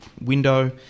window